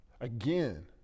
Again